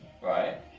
right